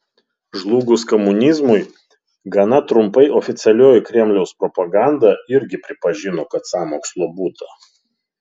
žlugus komunizmui gana trumpai oficialioji kremliaus propaganda irgi pripažino kad sąmokslo būta